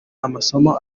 amasomo